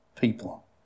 people